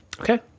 Okay